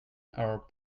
our